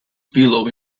willow